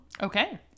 Okay